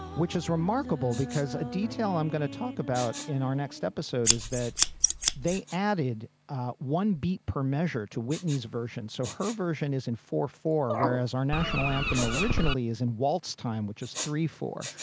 which is remarkable because a detail i'm going to talk about in our next episode is that they added one beats per measure to whitney's version so her version is in four zero four, whereas our national anthem originally is in waltz time, which is three four.